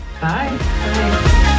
Bye